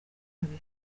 kabiri